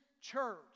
church